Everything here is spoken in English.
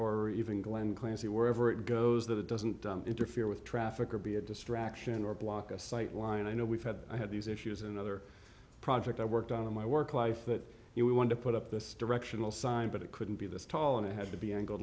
or even glenn clancy wherever it goes that it doesn't interfere with traffic or be a distraction or block a sight line i know we've had i had these issues in other project i worked on in my work life that you want to put up this directional sign but it couldn't be this tall and it had to be an